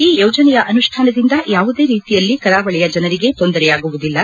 ಈ ಯೋಜನೆಯ ಅನುಷ್ಠಾನದಿಂದ ಯಾವುದೇ ರೀತಿಯಲ್ಲಿ ಕರಾವಳಿಯ ಜನರಿಗೆ ತೊಂದರೆಯಾಗುವುದಿಲ್ಲ